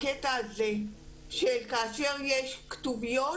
הקטע הזה שכאשר יש כתוביות